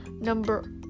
Number-